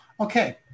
Okay